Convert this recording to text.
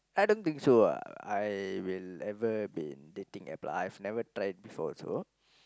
I don't think so lah I will never be in dating App lah I have never tried before also